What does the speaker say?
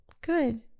Good